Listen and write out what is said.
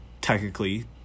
technically